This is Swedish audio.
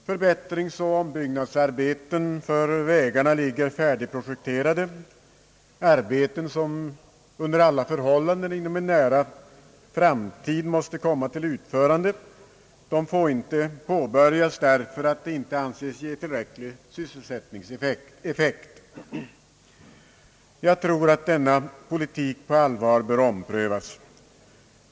Förbättringsoch ombyggnadsarbeten för vägarna ligger färdigprojekterade, och det är fråga om arbeten som under alla förhållanden måste komma till utförande inom en nära framtid men som inte nu får påbörjas därför att de inte anses ge tillräcklig sysselsättningseffekt. Jag tror att denna politik på allvar bör omprövas.